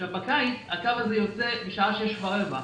בקיץ הקו הזה יוצא בשעה שש ורבע,